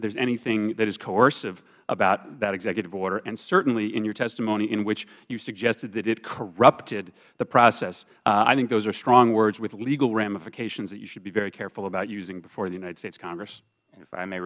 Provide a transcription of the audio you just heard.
there's anything that is coercive about that executive order and certainly in your testimony in which you suggested that it corrupted the process i think those are strong words with legal ramifications that you should be very careful about using before the united states congress